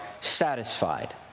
satisfied